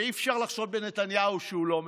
ואי-אפשר לחשוד בנתניהו שהוא לא מבין,